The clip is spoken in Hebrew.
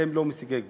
והם לא מסיגי גבול.